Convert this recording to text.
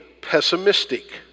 pessimistic